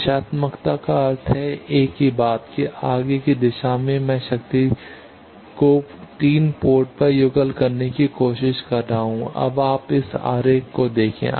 दिशात्मकता का अर्थ है कि एक ही बात कि आगे की दिशा में मैं शक्ति को 3 पोर्ट पर युगल करने की कोशिश कर रहा हूं आप इस आरेख को देखें